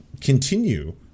continue